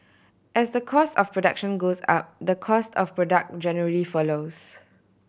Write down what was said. as the cost of production goes up the cost of product generally follows